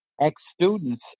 ex-students